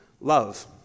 love